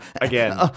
again